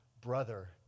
brother